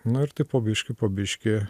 nu ir taip po biškį po biškį